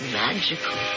magical